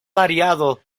variado